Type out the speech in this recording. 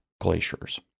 glaciers